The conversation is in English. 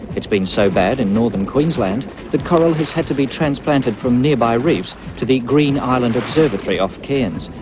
it has been so bad in northern queensland that coral has had to be transplanted from nearby reefs to the green island observatory off cairns,